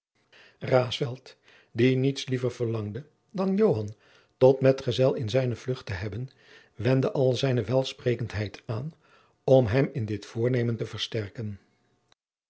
die niets liever verlangde dan joan tot medgezel in zijne vlucht te hebben wendde al zijne welsprekenheid aan om hem in dit voornemen te versterken